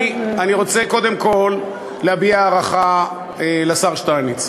אני רוצה קודם כול להביע הערכה לשר שטייניץ,